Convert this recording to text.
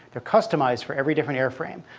they're customized for every different air frame.